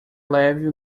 leve